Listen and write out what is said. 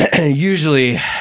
Usually